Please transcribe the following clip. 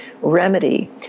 remedy